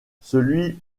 celui